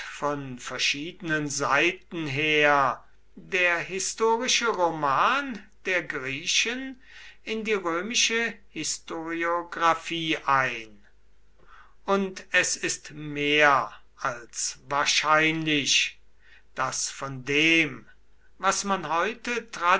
von verschiedenen seiten her der historische roman der griechen in die römische historiographie ein und es ist mehr als wahrscheinlich daß von dem was man heute